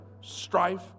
strife